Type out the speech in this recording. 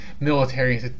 Military